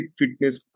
fitness